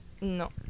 No